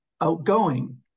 outgoing